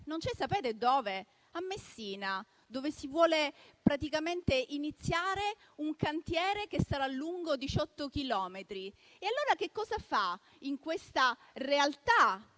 non c'è. Sapete dove non c'è? A Messina, dove si vuole praticamente iniziare un cantiere che sarà lungo 18 chilometri. Allora, in questa realtà